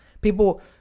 People